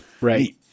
Right